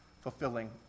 fulfilling